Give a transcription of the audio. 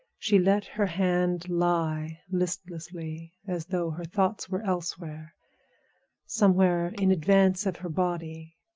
she let her hand lie listlessly, as though her thoughts were elsewhere somewhere in advance of her body,